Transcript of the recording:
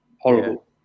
horrible